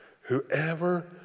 Whoever